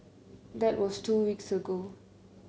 that was two weeks ago